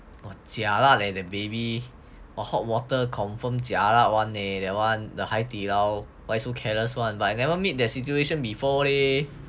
!wah! jialat leh the baby hot water confirm jialat [one] eh that one the 海底捞 why so careless [one] but I never meet that situation before leh